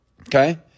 Okay